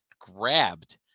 grabbed